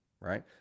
right